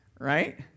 right